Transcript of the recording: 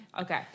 Okay